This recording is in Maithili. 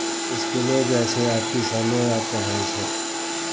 इसकुलो जाइ छै आ ट्यूशनो आब पढ़ै छै